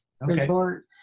resort